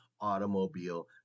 Automobile